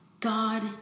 God